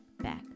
back